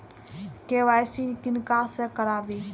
KYC किनका से कराबी?